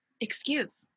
excuse